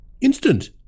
Instant